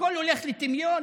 הכול הולך לטמיון.